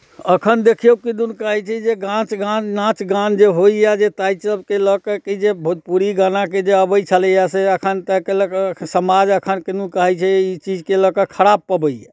एखन देखियौ किदुन कहैत छै कि घाच गान नाच गान जे होइए जे ताहि सभके लऽ कऽ जे भोजपुरी गानाके जे अबै छलैए से एखन ताहिके लऽ कऽ समाज एखन किदुन कहैत छै एहि चीजके लऽ कऽ खराब पबैए